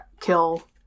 kill